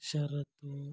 ಶರತ್